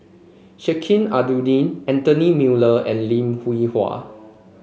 Sheik Alau'ddin Anthony Miller and Lim Hwee Hua